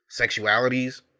sexualities